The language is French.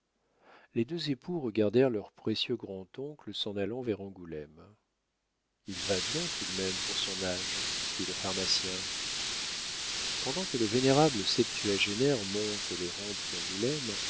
les deux époux regardèrent leur précieux grand-oncle s'en allant vers angoulême il va bien tout de même pour son âge dit le pharmacien pendant que le vénérable septuagénaire monte les rampes d'angoulême